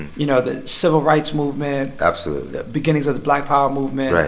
and you know, the civil rights movement. absolutely. the beginnings of the black power movement.